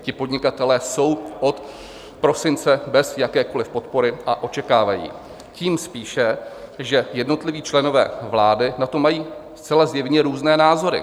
Ti podnikatelé jsou od prosince bez jakékoliv podpory a očekávají ji, tím spíše, že jednotliví členové vlády na to mají zcela zjevně různé názory.